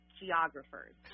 geographers